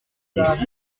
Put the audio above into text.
lorraine